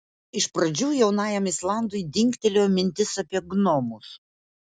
iš pradžių jaunajam islandui dingtelėjo mintis apie gnomus